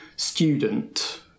Student